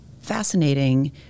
fascinating